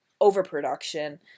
overproduction